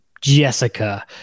Jessica